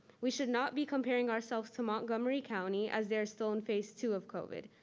we should not be comparing ourselves to montgomery county as they're still in phase two of covid.